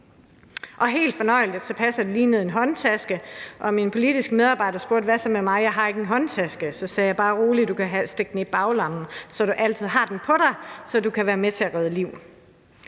Og helt fornøjeligt passer det lige ned i en håndtaske, og min politiske medarbejder spurgte: Jeg har ikke en håndtaske – hvad så med mig? Så sagde jeg: Bare rolig, du kan stikke den ned i baglommen, så du altid har den på dig, og så kan du være med til at redde liv.